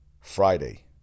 Friday